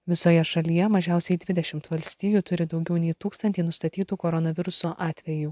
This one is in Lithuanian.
visoje šalyje mažiausiai dvidešimt valstijų turi daugiau nei tūkstantį nustatytų koronaviruso atvejų